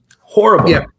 Horrible